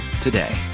today